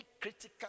critical